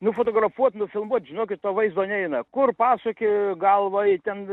nufotografuot nufilmuot žinokit to vaizdo neina kur pasuki galvą ten